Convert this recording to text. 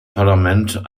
parlament